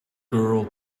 girl